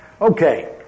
Okay